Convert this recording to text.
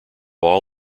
all